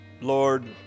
Lord